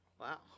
Wow